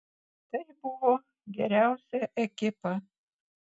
tai buvo geriausia ekipa